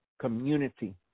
community